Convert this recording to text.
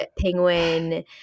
penguin